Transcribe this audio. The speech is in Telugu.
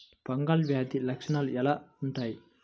ఫంగల్ వ్యాధి లక్షనాలు ఎలా వుంటాయి?